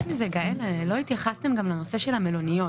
חוץ מזה, גאל, לא התייחסתם גם לנושא של המלוניות.